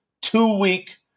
two-week